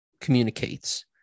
communicates